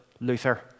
Luther